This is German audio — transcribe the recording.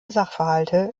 sachverhalte